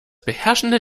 beherrschende